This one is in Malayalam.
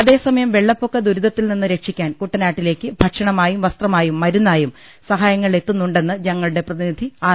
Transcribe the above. അതേസമയം വെള്ളപ്പൊക്ക് ദുരിതത്തിൽനിന്ന് രക്ഷി ക്കാൻ കുട്ടനാട്ടിലേക്ക് ഭക്ഷണമായും വസ്ത്രമായും മരു ന്നായും സഹായങ്ങൾ എത്തുന്നുണ്ടെന്ന് ഞങ്ങളുടെ പ്രതി നിധി ആർ